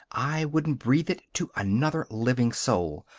i wouldn't breathe it to another living soul.